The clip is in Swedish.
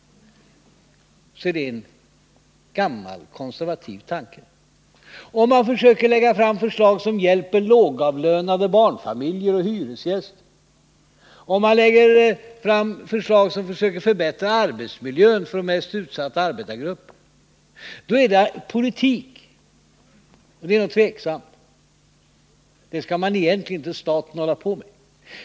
Det är en gammal konservativ tanke. Lägger man fram förslag som kan hjälpa lågavlönade, barnfamiljer och hyresgäster och förslag som kan förbättra arbetsmiljön för de mest utsatta arbetargrupperna är det politik. Och detta är någonting tvivelaktigt. Det skall egentligen inte staten hålla på med.